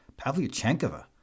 Pavlyuchenkova